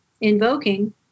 invoking